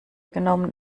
genommen